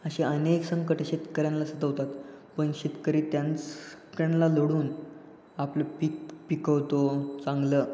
असे अनेक संकट शेतकऱ्यांना सतवतात पण शेतकरी त्यांचक्यांला लढून आपलं पीक पिकवतो चांगलं